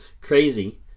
crazy